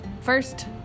first